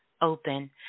open